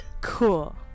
Cool